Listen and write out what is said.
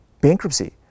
bankruptcy